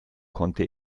konnte